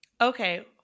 Okay